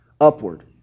upward